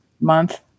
month